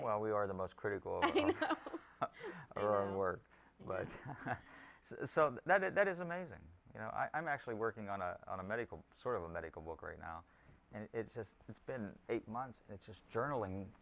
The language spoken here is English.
well we are the most critical work but so that is amazing you know i'm actually working on a on a medical sort of a medical book right now and it's just it's been eight months i just journal and